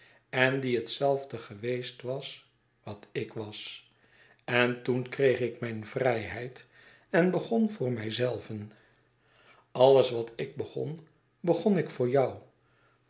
en die hetzelfde geweest was wat ik was en toen kreeg ik mijne vrijheid en begon voor mij zelven alles wat ik begon begon ik voor jou